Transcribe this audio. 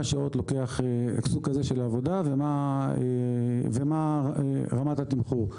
שעות לוקח החוק הזה של העבודה ומה רמת התמחור: